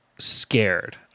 Scared